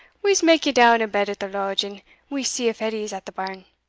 we'se mak ye down a bed at the lodge, and we'se see if edie's at the barn.